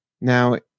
Now